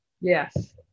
yes